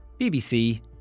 BBC